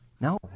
No